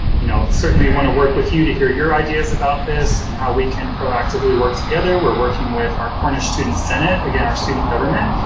you know, certainly want to work with you, to hear your ideas about this and how we can proactively work together. we're working with our cornish student senate, again our student government,